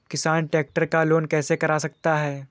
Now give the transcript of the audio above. किसान ट्रैक्टर का लोन कैसे करा सकता है?